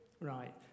right